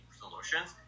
solutions